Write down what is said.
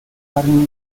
armi